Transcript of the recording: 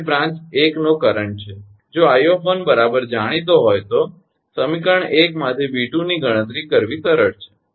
તે બ્રાંચ 1 નો કરંટ છે જો 𝐼 બરાબર જાણીતો હોય તો સમીકરણ 1 માંથી 𝑉 ની ગણતરી કરવી સરળ છે